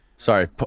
Sorry